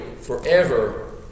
forever